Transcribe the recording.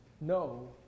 no